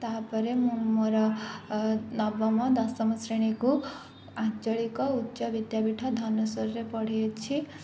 ତାହାପରେ ମୁଁ ମୋର ନବମ ଦଶମ ଶ୍ରେଣୀକୁ ଆଞ୍ଚଳିକ ଉଚ୍ଚ ବିଦ୍ୟାପୀଠ ଧନୁଷରରେ ପଢ଼ିଅଛି